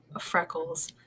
freckles